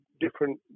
different